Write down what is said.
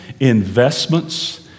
Investments